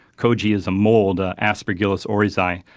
koji is a mold, aspergillus oryzae,